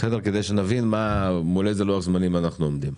כדי שנבין באיזה לוח זמנים שאנחנו עומדים.